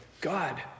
God